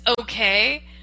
okay